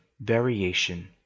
variation